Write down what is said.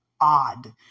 odd